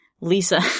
Lisa